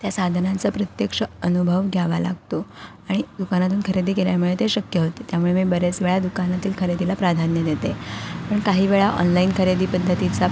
त्या साधनांचा प्रत्यक्ष अनुभव घ्यावा लागतो आणि दुकानातून खरेदी केल्यामुळे ते शक्य होते त्यामुळे मी बरेच वेळा दुकानातील खरेदीला प्राधान्य देते पण काही वेळा ऑनलाईन खरेदीपद्धतीचा